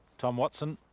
tom watson